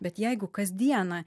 bet jeigu kasdieną